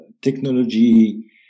Technology